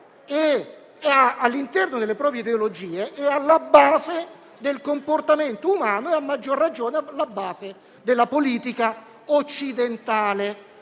all'interno delle proprie ideologie, è alla base del comportamento umano e, a maggior ragione, alla base della politica occidentale.